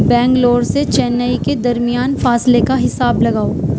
بینگلور سے چینئی کے درمیان فاصلے کا حساب لگاؤ